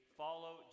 follow